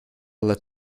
let